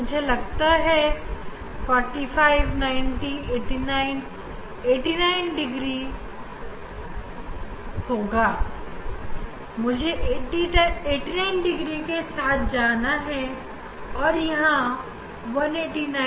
मुझे लगता है मैं इसे अब 89 डिग्री से और घुमाऊंगा